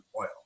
oil